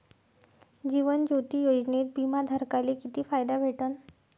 जीवन ज्योती योजनेत बिमा धारकाले किती फायदा भेटन?